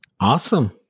Awesome